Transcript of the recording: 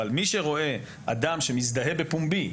אבל מי שרואה אדם שמזדהה בפומבי,